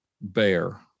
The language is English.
bear